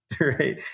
right